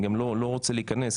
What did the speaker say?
אני גם לא רוצה להיכנס,